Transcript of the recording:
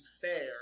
fair